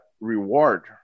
reward